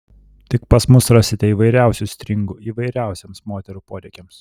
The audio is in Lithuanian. tik pas mus rasite įvairiausių stringų įvairiausiems moterų poreikiams